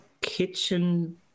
kitchen